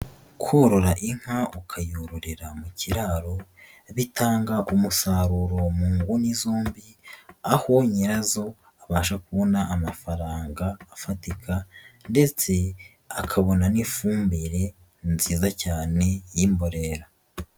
Korora inka ukayororera mu kiraro bitanga umusaruro mu nguni zombi, aho nyirazo abasha kubona amafaranga afatika ndetse akabona n'ifumbire nziza cyane y'imborera.